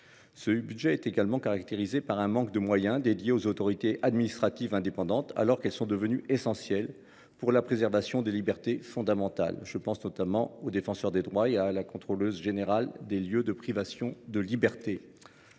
Ce budget est également caractérisé par un manque de moyens consacrés aux autorités administratives indépendantes alors que celles ci sont devenues essentielles pour la préservation des libertés fondamentales. Je pense notamment au Défenseur des droits et au Contrôleur général des lieux de privation de liberté.